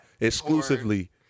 Exclusively